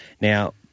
now